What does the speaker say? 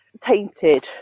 tainted